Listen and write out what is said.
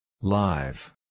Live